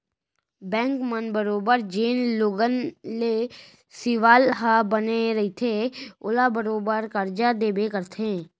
bank मन बरोबर जेन लोगन के सिविल ह बने रइथे ओला बरोबर करजा देबे करथे